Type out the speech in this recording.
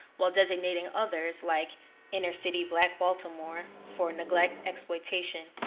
while designating others, like inner city black baltimore, for neglect, exploitation,